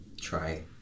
try